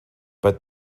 but